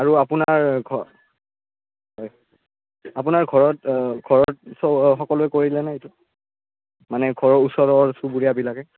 আৰু আপোনাৰ হয় আপোনাৰ ঘৰত ঘৰত সকলোৱে কৰিলেনে এইটো মানে ঘৰৰ ওচৰৰ চুবুৰীয়াবিলাকে